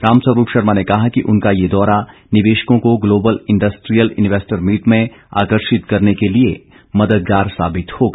रामस्वरूप शर्मा ने कहा कि उनका ये दौरा निवेशकों को ग्लोबल इंडस्ट्रियल इन्वेस्टर मीट में आकर्षित करने के लिए मददगार साबित होगा